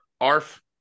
ARF